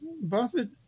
Buffett